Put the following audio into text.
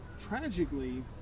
tragically